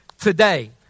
today